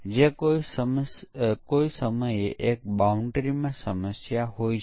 પરંતુ તે પછી દરેક સંસ્થા ભલામણ કરે છે કે સ્મોક પરીક્ષણ વારંવાર કરવામાં આવે દરરોજ અથવા દિવસમાં ઘણી વખત કરવામાં આવે